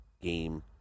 game